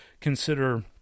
consider